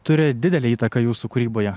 turi didelę įtaką jūsų kūryboje